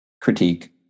critique